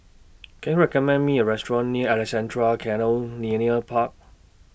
Can YOU recommend Me A Restaurant near Alexandra Canal Linear Park